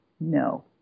no